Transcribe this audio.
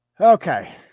okay